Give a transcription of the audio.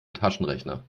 taschenrechner